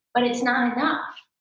but it's not enough.